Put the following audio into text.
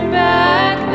back